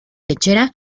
lechera